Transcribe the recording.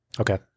Okay